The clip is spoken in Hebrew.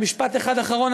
ומשפט אחד אחרון,